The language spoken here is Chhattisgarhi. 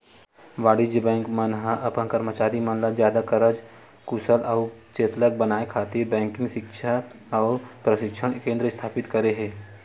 वाणिज्य बेंक मन ह अपन करमचारी मन ल जादा कारज कुसल अउ चेतलग बनाए खातिर बेंकिग सिक्छा अउ परसिक्छन केंद्र इस्थापित करे हे